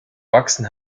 wachsen